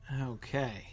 Okay